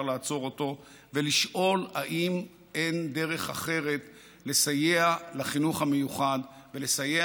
לעצור אותו ולשאול אם אין דרך אחרת לסייע לחינוך המיוחד ולסייע